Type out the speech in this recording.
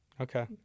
Okay